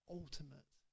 ultimate